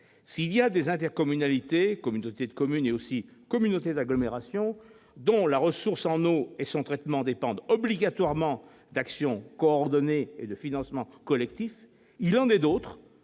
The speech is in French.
S'il existe des intercommunalités, communautés de communes et aussi communautés d'agglomération, dont la ressource en eau et son traitement dépendent obligatoirement d'actions coordonnées et de financements collectifs, il en est d'autres,